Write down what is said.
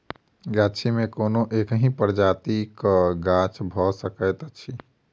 गाछी मे कोनो एकहि प्रजातिक गाछ भ सकैत अछि